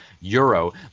euro